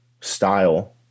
style